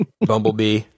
Bumblebee